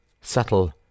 subtle